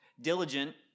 Diligent